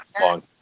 long